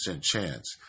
chance